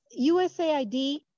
USAID